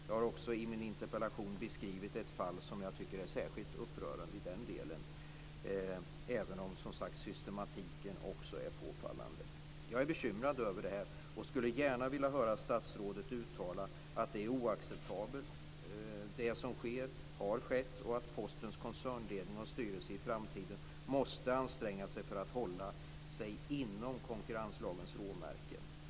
Jag har också i min interpellation beskrivit ett fall som jag tycker är särskilt upprörande i det avseendet. Men, som sagt, systematiken är också påfallande. Jag är bekymrad över det här och skulle gärna vilja höra statsrådet uttala att det som sker och har skett är oacceptabelt och att Postens koncernledning och styrelse i framtiden måste anstränga sig för att hålla sig inom konkurrenslagens råmärken.